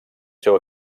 seu